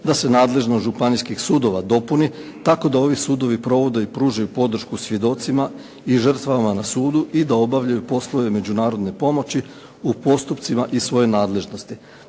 da se nadležnost županijskih sudova dopuni tako da ovi sudovi provode i pružaju podršku svjedocima i žrtvama na sudu i da obavljaju poslove međunarodne pomoći u postupcima iz svoje nadležnosti.